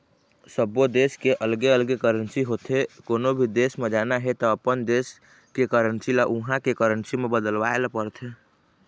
सब्बो देस के अलगे अलगे करेंसी होथे, कोनो भी देस म जाना हे त अपन देस के करेंसी ल उहां के करेंसी म बदलवाए ल परथे